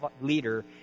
leader